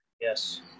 Yes